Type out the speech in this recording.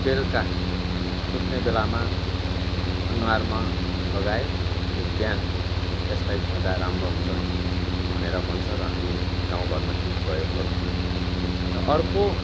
बेलुका सुत्ने बेलामा अनुहारमा लगायो अनि बिहान त्यसलाई धुदा राम्रो हुन्छ भनेर भन्छ र हामी गाउँ घरमा त्यो प्रयोग गर्छौँ र अर्को